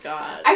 God